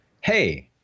Hey